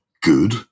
good